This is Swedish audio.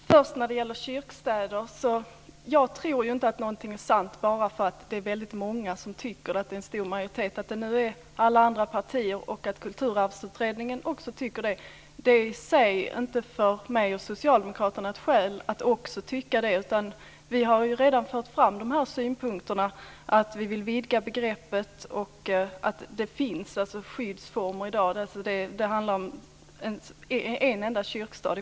Fru talman! När det först gäller kyrkstäder tror jag inte att någonting är sant bara därför att väldigt många tycker det, att det finns en stor majoritet. Att alla andra partier och Kulturarvsutredningen tycker det är inte ett skäl för mig och socialdemokraterna att också tycka det. Vi har redan fört fram synpunkten att vi vill vidga begreppet och att det finns skyddsformer i dag. Det handlar alltså i praktiken om en enda kyrkstad.